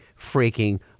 freaking